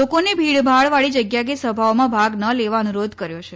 લોકોને ભીડવાળી જગ્યા કે સભાઓમાં ભાગ ન લેવા અનુરોધ કર્યો છે